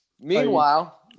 Meanwhile